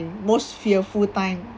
most fearful time